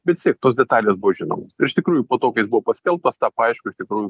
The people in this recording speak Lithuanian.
bet vis tiek tos detalės buvo žinomos ir iš tikrųjų po to kai jos buvo paskelbtos tapo aišku iš tikrųjų